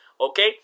Okay